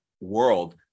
world